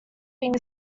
being